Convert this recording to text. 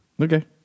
Okay